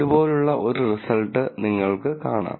ഇതുപോലുള്ള ഒരു റിസൾട്ട് നിങ്ങൾക്ക് കാണാം